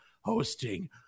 hosting